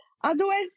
Otherwise